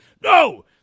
no